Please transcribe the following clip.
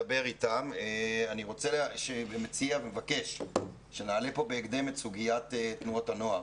אני מציע ומבקש שנעלה פה בהקדם את סוגיית תנועות הנוער.